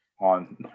on